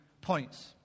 points